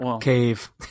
cave